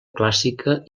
clàssica